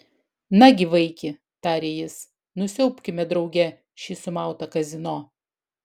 nagi vaiki tarė jis nusiaubkime drauge šį sumautą kazino